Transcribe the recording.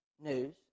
news